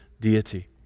deity